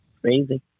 crazy